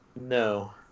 No